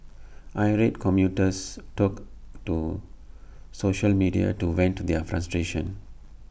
irate commuters took to social media to vent their frustration